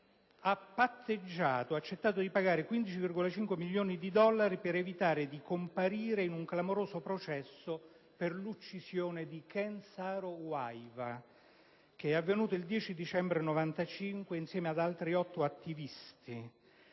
la Shell ha accettato di pagare 15,5 milioni di dollari per evitare di comparire in un clamoroso processo per la morte di Ken Saro-Wiwa, ucciso il 10 dicembre 1995 insieme ad altri otto attivisti.